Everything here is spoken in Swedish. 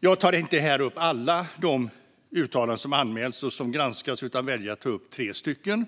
Jag tar inte här upp alla uttalanden som anmälts och som granskats, utan jag väljer att ta upp tre stycken.